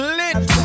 lit